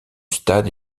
stade